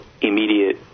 immediate